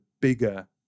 bigger